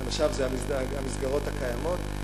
אנשיו זה המסגרות הקיימות.